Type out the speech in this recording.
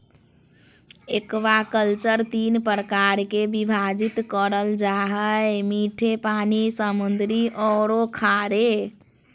aquaculture तीन प्रकार में विभाजित करल जा हइ मीठे पानी, समुद्री औरो खारे